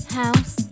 house